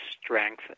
strength